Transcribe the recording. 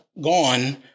gone